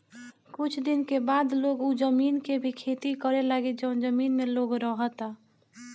कुछ दिन के बाद लोग उ जमीन के भी खेती करे लागी जवन जमीन में लोग रहता